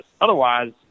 Otherwise